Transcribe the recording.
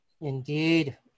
Indeed